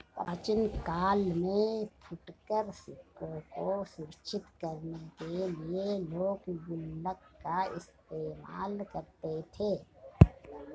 प्राचीन काल में फुटकर सिक्कों को सुरक्षित करने के लिए लोग गुल्लक का इस्तेमाल करते थे